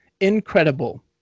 Incredible